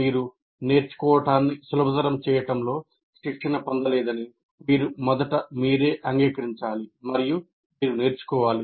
మీరు నేర్చుకోవడాన్ని సులభతరం చేయడంలో శిక్షణ పొందలేదని మీరు మొదట మీరే అంగీకరించాలి మరియు మీరు నేర్చుకోవాలి